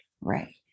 right